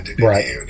Right